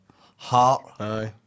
Heart